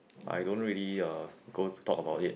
I don't really uh go to talk about it